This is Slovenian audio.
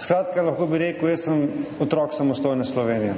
Skratka, lahko bi rekel, jaz sem otrok samostojne Slovenije.